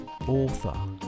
author